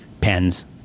pens